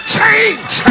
change